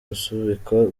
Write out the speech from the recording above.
gusubikwa